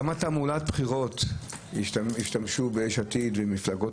כמה תעמולת בחירות השתמשו ביש עתיד ובמפלגות